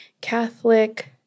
Catholic